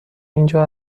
اینجا